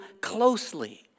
closely